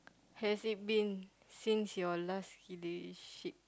has it been since your last relationship